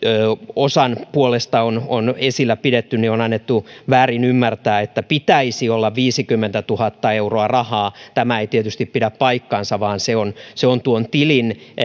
osan puolesta on on esillä pidetty on annettu väärin ymmärtää että pitäisi olla viisikymmentätuhatta euroa rahaa tämä ei tietysti pidä paikkaansa vaan se on se on tuolle tilille